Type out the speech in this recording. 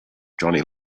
johnny